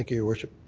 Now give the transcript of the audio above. your worship.